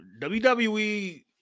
WWE